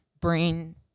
brain